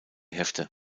hefte